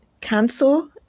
cancel